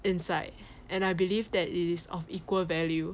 inside and I believe that it is of equal value